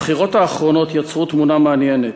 הבחירות האחרונות יצרו תמונה מעניינת.